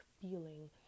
feeling